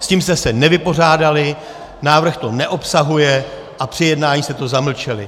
S tím jste se nevypořádali, návrh to neobsahuje a při jednání jste to zamlčeli.